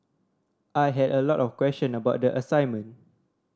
I had a lot of question about the assignment